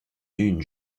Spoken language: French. dunes